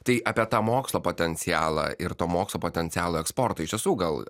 tai apie tą mokslo potencialą ir to mokslo potencialą eksportui iš tiesų gal